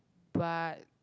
but